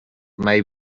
may